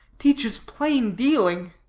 teaches plain-dealing.